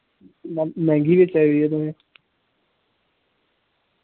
म मैहंगी बेचा दी ऐ तुसें